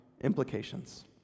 implications